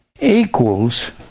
equals